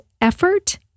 effort